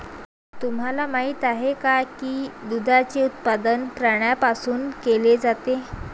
तुम्हाला माहित आहे का की दुधाचे उत्पादन प्राण्यांपासून केले जाते?